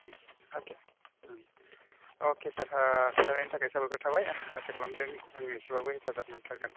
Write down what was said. अके अके सार खोनथानायनि थाखाय साबायखर थाबाय आसा खालामदों आं इसेबाबो हेफाजाब मोनथारगोन